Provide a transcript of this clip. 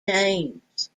names